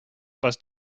was